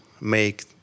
make